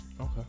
Okay